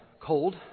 cold